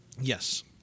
Yes